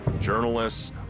journalists